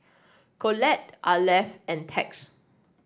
Colette Arleth and Tex